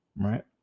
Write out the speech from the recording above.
right